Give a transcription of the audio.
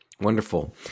Wonderful